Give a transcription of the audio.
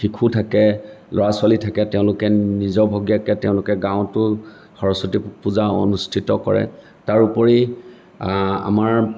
শিশু থাকে ল'ৰা ছোৱালী থাকে তেওঁলোকে নিজাববীয়াকৈ গাঁৱত সৰস্বতী পূজা অনুষ্ঠিত কৰে তাৰোপৰি আমাৰ